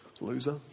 Loser